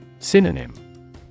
Synonym